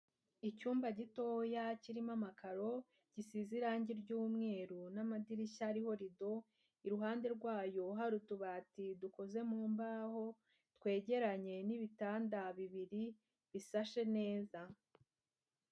Icyumba gitoya kirimo amakaro, gisize irangi ry'umweru n'amadirishya ariho rido, iruhande rwayo hari utubati dukoze mu mbaho, twegeranye n'ibitanda bibiri bisashe neza.